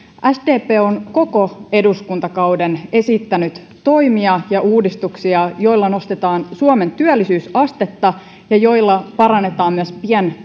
sdp on koko eduskuntakauden esittänyt toimia ja uudistuksia joilla nostetaan suomen työllisyysastetta ja joilla parannetaan myös